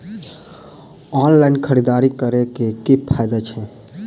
Online खरीददारी करै केँ की फायदा छै?